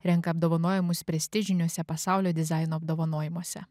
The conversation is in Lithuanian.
renka apdovanojimus prestižiniuose pasaulio dizaino apdovanojimuose